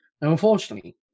unfortunately